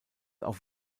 auf